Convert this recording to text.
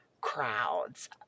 crowds